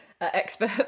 expert